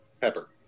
pepper